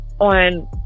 on